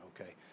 okay